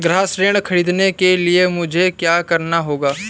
गृह ऋण ख़रीदने के लिए मुझे क्या करना होगा?